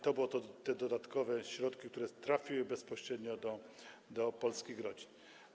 To były te dodatkowe środki, które trafiły bezpośrednio do polskich rodzin.